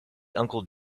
uncle